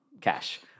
cash